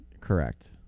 Correct